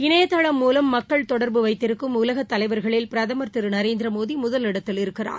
இணையதள மூலம் மக்கள் தொடர்பு வைத்திருக்கும் உலகத் தலைவர்களில் பிரதம் திரு நரேந்திரமோடி முதலிடத்தில் இருக்கிறார்